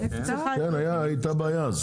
הייתה בעיה.